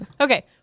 Okay